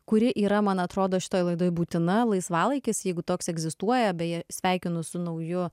kuri yra man atrodo šitoj laidoje būtina laisvalaikis jeigu toks egzistuoja beje sveikinu su nauju